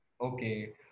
Okay